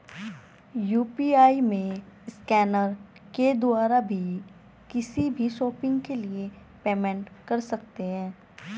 UPI में scanner के द्वारा भी किसी भी शॉपिंग के लिए पेमेंट कर सकते है